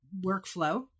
workflow